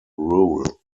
rule